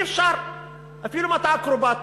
אי-אפשר אפילו אם אתה אקרובט.